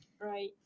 right